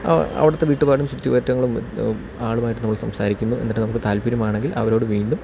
അവിടുത്തെ വീട്ടു പാടും ചുറ്റുപറ്റങ്ങളും ആളുമായിട്ട് നമ്മൾ സംസാരിക്കുന്നു എന്നിട്ട് നമുക്ക് താല്പര്യമാണെങ്കിൽ അവരോട് വീണ്ടും